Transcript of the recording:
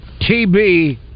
TB